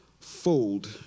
fold